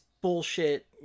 bullshit